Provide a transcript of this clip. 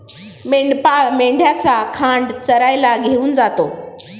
मेंढपाळ मेंढ्यांचा खांड चरायला घेऊन जातो